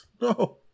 No